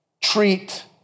treat